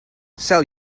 sell